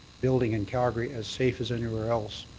building in calgary as safe as anywhere else.